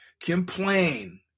complain